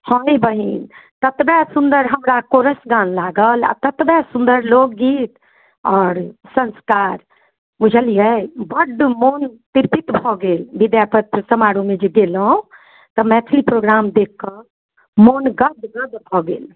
हँ यै बहीन ततबए सुन्दर हमरा कोरस गान लागल आ ततबए सुन्दर लोकगीत आओर संस्कार बुझलियै बड्ड मोन तृप्त भऽ गेल विद्यापति समारोहमे जे गेलहुँ तऽ मैथिली प्रोग्राम देख कऽ मोन गदगद भऽ गेल